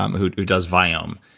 um who who does viome,